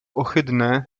ohydne